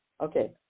okay